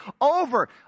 over